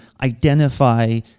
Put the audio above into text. identify